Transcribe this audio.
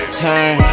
turn